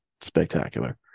spectacular